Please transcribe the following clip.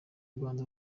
rwanda